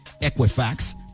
Equifax